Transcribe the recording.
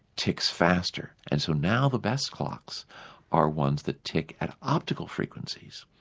ticks faster, and so now the best clocks are ones that tick at optical frequencies,